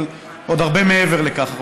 אבל הרבה פעמים עוד הרבה מעבר לכך,